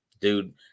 Dude